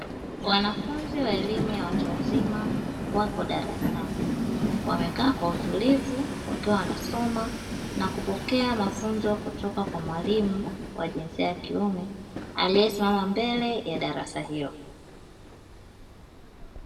Wanafunzi wa elimu ya watu wazima wapo darasani, wamekaa kwa utulivu wakiwa wanasoma na kupokea mafunzo kutoka kwa mwalimu wa jinsia ya kiume aliyesimama mbele ya darasa hilo.